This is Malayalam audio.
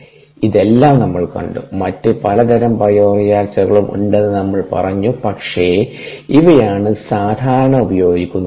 ഇതെല്ലാം നമ്മൾ കണ്ടു മറ്റ് പലതരം ബയോറിയാക്ടറുകളും ഉണ്ടെന്ന് നമ്മൾ പറഞ്ഞുപക്ഷേ ഇവയാണ് സാധാരണ ഉപയോഗികുന്നത്